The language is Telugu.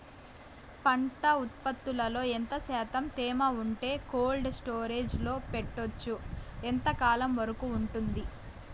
పంట ఉత్పత్తులలో ఎంత శాతం తేమ ఉంటే కోల్డ్ స్టోరేజ్ లో పెట్టొచ్చు? ఎంతకాలం వరకు ఉంటుంది